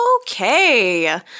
Okay